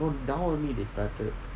no now only we started